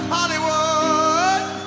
Hollywood